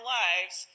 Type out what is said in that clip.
lives